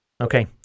Okay